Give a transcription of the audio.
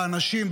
באנשים,